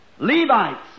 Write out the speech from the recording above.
Levites